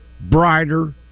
brighter